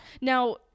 Now